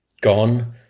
gone